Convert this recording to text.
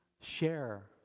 share